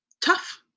tough